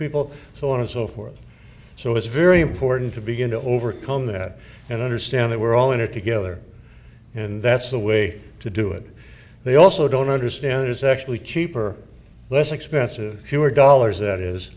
people so on and so forth so it's very important to begin to overcome that and understand that we're all in it together and that's the way to do it they also don't understand is actually cheaper less expensive fewer dollars that is